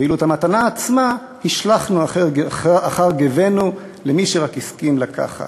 ואילו את המתנה עצמה השלכנו אחר גבנו למי שרק הסכים לקחת.